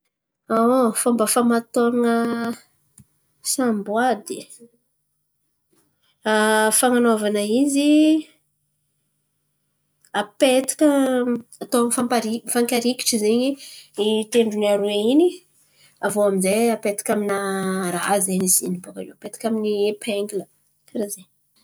Fômba famatôran̈a samboady fan̈anaovana izy apetaka atao famparikitry fankarikitry zen̈y i tendrony aroe in̈y. Aviô aminjay apetaka amina raha zen̈y izy in̈y bôka iô. Apetaka amin'ny epaingila. Karà zen̈y.